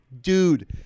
dude